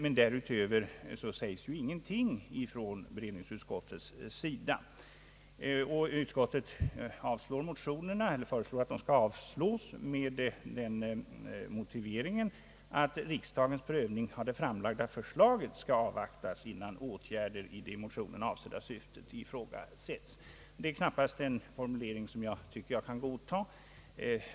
Men därutöver sägs ingenting från beredningsutskottets sida. Utskottet föreslår att motionerna skall avslås med den motiveringen att riksdagens prövning av det framlagda förslaget bör avvaktas innan åtgärder i det i motionerna avsedda syftet ifrågasätts. Detta är knappast en formulering som jag kan godta.